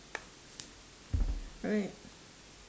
alright